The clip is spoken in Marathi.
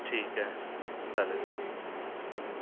ठीक आहे चालेल हं हं